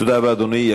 תודה רבה, אדוני.